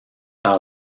par